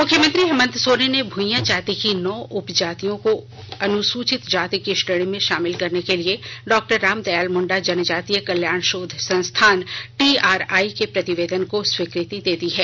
मुख्यमंत्री हेमंत सोरेन ने भुईयां जाति की नौ उप जातियों को अनुसूचित जाति की श्रेणी में शामिल करने के लिए डॉ रामदयाल मुंडा जनजातीय कल्याण शोध संस्थान टीआरआई के प्रतिवेदन को स्वीकृति दे दी है